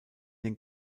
den